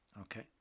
Okay